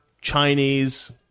Chinese